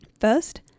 First